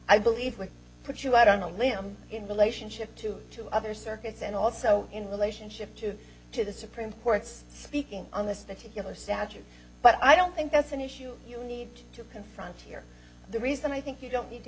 i believe will put you out on a limb in relationship to two other circuits and also in relationship to to the supreme court's speaking on this that healer statute but i don't think that's an issue you need to confront here the reason i think you don't need to